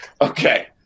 Okay